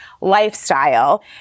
lifestyle